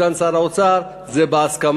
סגן שר האוצר: זה בהסכמה.